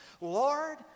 Lord